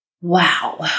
wow